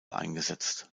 eingesetzt